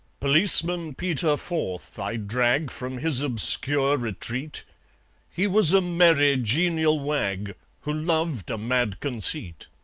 policeman peter forth i drag from his obscure retreat he was a merry genial wag, who loved a mad conceit.